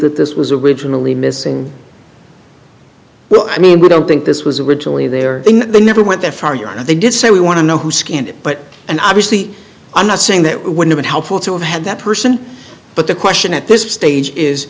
that this was originally missing well i mean we don't think this was originally there in the never went that far yet they did say we want to know who scanned it but and obviously i'm not saying that would have been helpful to have had that person but the question at this stage is